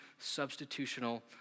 substitutional